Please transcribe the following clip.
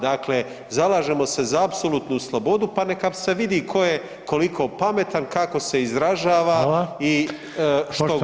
Dakle, zalažemo se za apsolutnu slobodu pa neka se vidi tko je koliko pametan, kako se izražava i [[Upadica: Hvala.]] što govori.